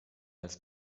als